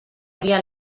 havia